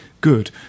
good